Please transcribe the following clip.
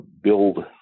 build